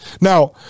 now